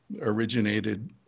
originated